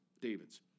David's